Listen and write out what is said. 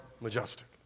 majestic